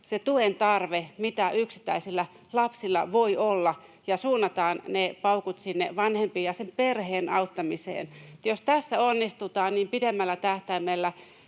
se tuen tarve, mitä yksittäisillä lapsilla voi olla, ja suunnataan ne paukut sinne vanhempiin ja sen perheen auttamiseen. Jos tässä onnistutaan, pidemmällä tähtäimellä